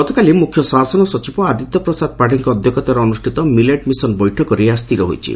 ଗତକାଲି ମୁଖ୍ୟ ଶାସନ ସଚିବ ଆଦିତ୍ୟ ପ୍ରସାଦ ପାତୀଙ୍କ ଅଧ୍ଘକ୍ଷତାରେ ଅନୁଷ୍ଷତ ମିଲେଟ୍ ମିଶନ ବୈଠକରେ ଏହା ସ୍ଚିର ହୋଇଛି